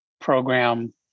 program